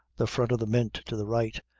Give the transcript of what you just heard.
the front of the mint to the right,